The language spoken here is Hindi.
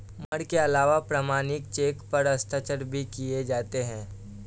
मोहर के अलावा प्रमाणिक चेक पर हस्ताक्षर भी किये जाते हैं